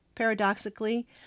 paradoxically